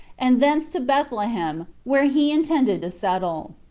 and thence to bethlehem, where he intended to settle.